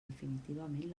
definitivament